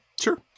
Sure